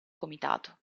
comitato